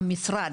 המשרד,